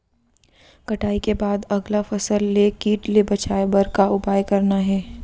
कटाई के बाद अगला फसल ले किट ले बचाए बर का उपाय करना हे?